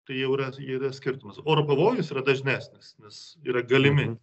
tai jau yra yra skirtumas oro pavojus yra dažnesnis nes yra galimi